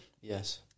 yes